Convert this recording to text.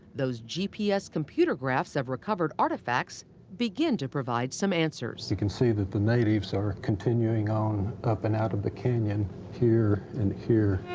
those gps computer graphs of recovered artifacts begin to provide some answers. you can see that the natives are continuing on up and out of the canyon here and here.